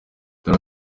dore